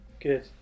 Good